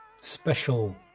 special